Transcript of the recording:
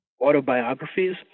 autobiographies